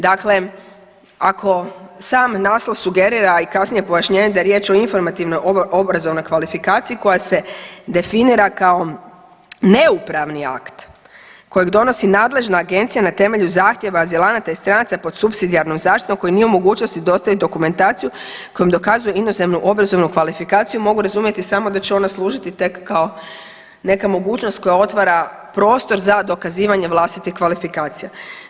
Dakle, ako sam naslov sugerira i kasnije pojašnjenje da je riječ o informativnoj obrazovnoj kvalifikaciji koja se definira kao neupravni akt kojeg donosi nadležna agencija na temelju zahtjeva azilanata i stranaca pod supsidijarnom zaštitom koji nije u mogućosti dostavit dokumentaciju kojom dokazuje inozemnu obrazovnu kvalifikaciju, mogu razumjeti samo da će ona služiti tek kao neka mogućnost koja otvara prostor za dokazivanje vlastite kvalifikacije.